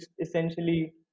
essentially